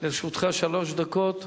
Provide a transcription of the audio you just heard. לרשותך שלוש דקות.